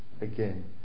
again